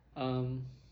um